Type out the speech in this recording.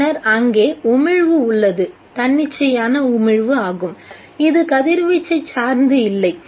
பின்னர் அங்கே உமிழ்வு உள்ளது தன்னிச்சையான உமிழ்வு ஆகும் இது கதிர்வீச்சை சார்ந்து இல்லை